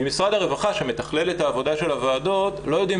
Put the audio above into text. במשרד העבודה שמתכלל את עבודת הוועדות לא יודעים